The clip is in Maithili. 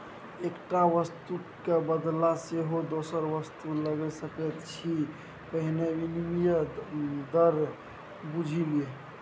एकटा वस्तुक क बदला सेहो दोसर वस्तु लए सकैत छी पहिने विनिमय दर बुझि ले